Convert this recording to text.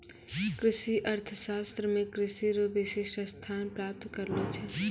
कृषि अर्थशास्त्र मे कृषि रो विशिष्ट स्थान प्राप्त करलो छै